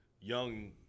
young